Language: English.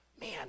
man